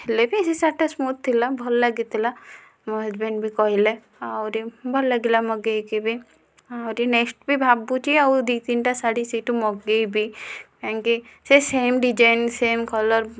ହେଲେ ବି ସେ ଶାଢ଼ୀଟା ସ୍ମୁଥ ଥିଲା ଭଲ ଲାଗିଥିଲା ମୋ' ହଜବେଣ୍ଡ ବି କହିଲେ ଆହୁରି ଭଲ ଲାଗିଲା ମଗାଇକି ବି ଆହୁରି ନେକ୍ସଟ ବି ଭାବୁଛି ଆଉ ଦୁଇ ତିନିଟା ଶାଢ଼ୀ ସେଇଠୁ ମଗାଇବି କାହିଁକି ସେ ସେମ୍ ଡିଜାଇନ ସେମ୍ କଲର